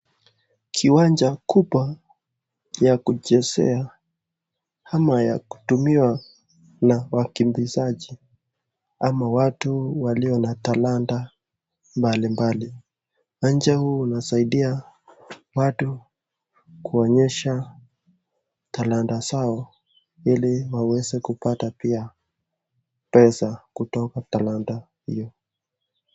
Kiwanja kubwa ya kuchezea ama ya kutumiwa na wakimbizaji ama watu walio na talanta mbali mbali. Uwanja huu unasaidia watu kuonyesha talanta zao ili waweze kupata pia pesa kutoka talanta hiyo.